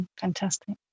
fantastic